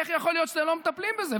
איך יכול להיות שאתם לא מטפלים בזה?